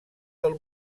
del